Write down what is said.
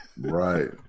right